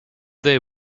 they